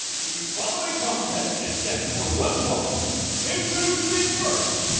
the following contest is set for one fall introducing first,